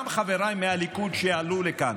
גם חבריי מהליכוד שעלו לכאן,